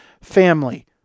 family